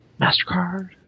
MasterCard